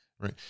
right